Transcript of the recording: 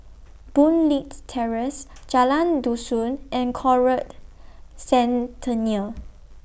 Boon Leat Terrace Jalan Dusun and Conrad Centennial